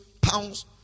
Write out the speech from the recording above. pounds